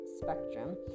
spectrum